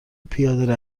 پیاده